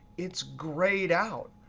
it's grayed out.